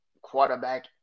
quarterback